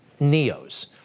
NEOs